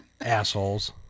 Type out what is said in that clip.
Assholes